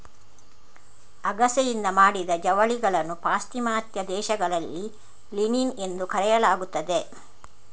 ಅಗಸೆಯಿಂದ ಮಾಡಿದ ಜವಳಿಗಳನ್ನು ಪಾಶ್ಚಿಮಾತ್ಯ ದೇಶಗಳಲ್ಲಿ ಲಿನಿನ್ ಎಂದು ಕರೆಯಲಾಗುತ್ತದೆ